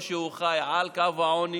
או שהוא חי על קו העוני